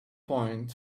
point